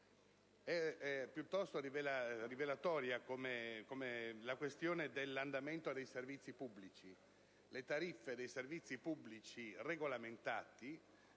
È piuttosto rivelatorio, a questo proposito, l'andamento dei servizi pubblici. Le tariffe dei servizi pubblici regolamentati